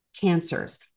cancers